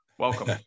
welcome